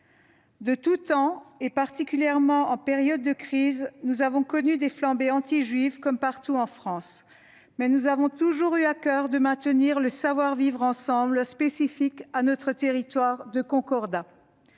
de tout temps, et particulièrement lors des périodes de crise, nous avons connu des flambées antijuives, comme partout en France. Mais nous avons toujours eu à coeur de maintenir le « savoir vivre ensemble » spécifique à notre territoire de concordat.